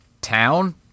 town